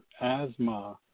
asthma